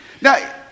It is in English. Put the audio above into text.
Now